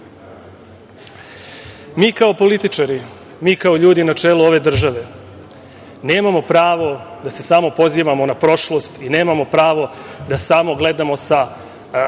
kao političari, kao ljudi na čelu ove države nemamo pravo da se samopozivamo na prošlost i nemamo pravo da samo gledamo sa